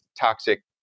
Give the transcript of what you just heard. toxic